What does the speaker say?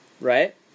right